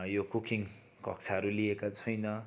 यो कुकिङ कक्षाहरू लिएको छैन